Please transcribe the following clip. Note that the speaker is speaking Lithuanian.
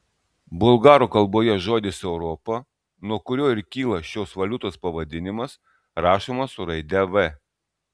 bulgarų kalboje žodis europa nuo kurio ir kyla šios valiutos pavadinimas rašomas su raide v